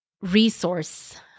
resource